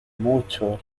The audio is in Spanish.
mucho